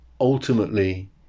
ultimately